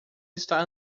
está